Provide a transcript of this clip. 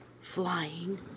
Flying